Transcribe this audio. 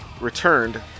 returned